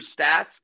stats